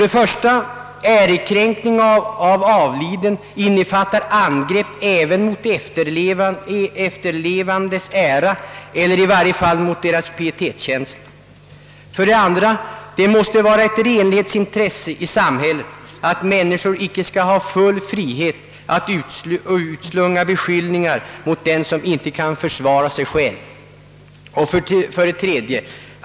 1. ärekränkning av avliden innefattar angrepp även mot efterlevandes ära eller i varje fall mot deras pietetskänsla. 2. Det måste vara ett renlighetsintresse i samhället att människor icke skall ha frihet att utslunga beskyllningar mot den som icke kan försvara sig själv. 3.